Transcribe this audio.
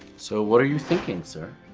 so what are you thinking, sir?